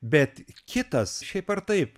bet kitas šiaip ar taip